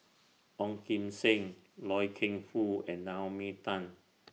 Ong Kim Seng Loy Keng Foo and Naomi Tan